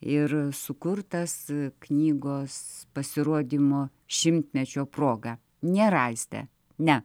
ir sukurtas knygos pasirodymo šimtmečio proga nėra aistė ne